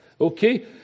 Okay